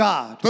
God